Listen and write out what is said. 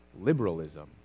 liberalism